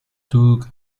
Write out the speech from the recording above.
took